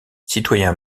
citoyen